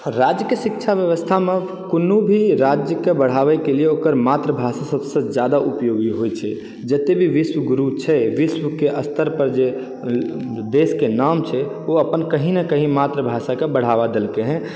राज्यके शिक्षा ब्यवस्थामे कोनो भी राज्यके बढ़ाबैके लेल ओकर मातृभाषा सभसँ जादा उपयोगी होइ छै जते भी विश्व गुरू छै विश्वके स्तर पर जे देशके नाम छै ओ अपन कही ने कही मातृभाषाके बढ़ावा देलकै हँ